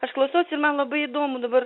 aš klausausi ir man labai įdomu dabar